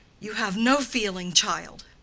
you have no feeling, child!